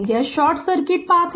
यह short circuit पथ है